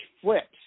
flips